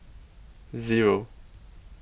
Zero